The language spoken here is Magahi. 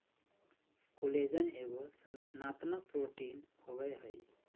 कोलेजन एगो संरचनात्मक प्रोटीन होबैय हइ